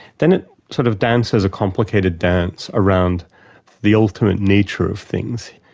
dennett sort of dances a complicated dance around the ultimate nature of things.